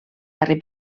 darrer